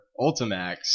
Ultimax